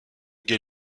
gay